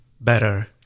better